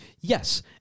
yes